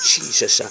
Jesus